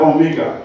Omega